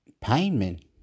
payment